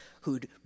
who'd